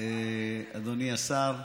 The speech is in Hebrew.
אדוני השר,